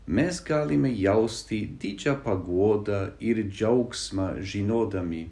mes galime jausti didžią paguodą ir džiaugsmą žinodami